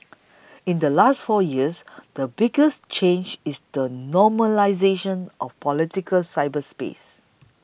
in the last four years the biggest change is the normalisation of political cyberspace